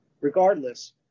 Regardless